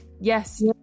yes